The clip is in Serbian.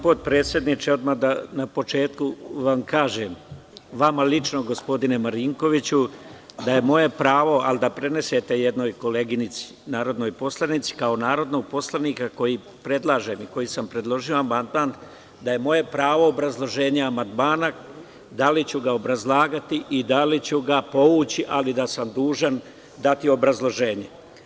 Poštovani potpredsedniče, odmah na početku da vam kažem, vama lično, gospodine Marinkoviću, da je moje pravo, ali da prenesete jednoj koleginici narodnoj poslanici, kao narodnog poslanika koji predlaže amandman, da je moje pravo obrazloženja amandmana da li ću ga obrazlagati i da li ću ga povući, ali da sam dužan dati obrazloženje.